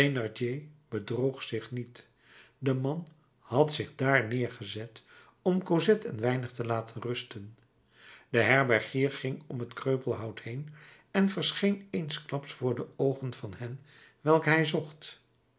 bedroog zich niet de man had zich dààr neergezet om cosette een weinig te laten rusten de herbergier ging om het kreupelhout heen en verscheen eensklaps voor de oogen van hen welke hij zocht